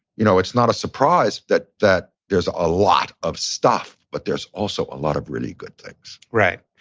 you know, it's not a surprise that that there's a lot of stuff, but there's also a lot of really good things. right.